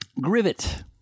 Grivet